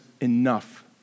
enough